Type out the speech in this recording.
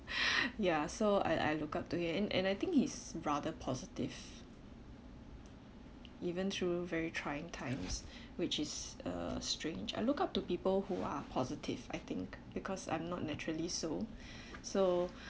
ya so I I look up to him and and I think he's rather positive even through very trying times which is uh strange I look up to people who are positive I think because I'm not naturally so so